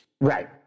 Right